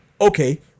okay